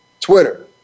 Twitter